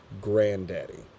Granddaddy